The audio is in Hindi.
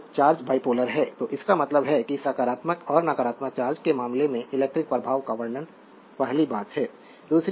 तो चार्ज बाइपोलर है तो इसका मतलब है कि सकारात्मक और नकारात्मक चार्ज के मामले में इलेक्ट्रिक प्रभाव का वर्णन पहली बात है